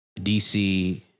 DC